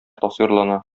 тасвирлана